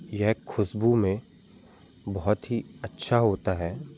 यह खुशबू में बहुत ही अच्छा होता है